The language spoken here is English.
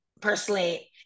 personally